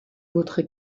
votre